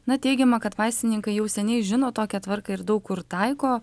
na teigiama kad vaistininkai jau seniai žino tokią tvarką ir daug kur taiko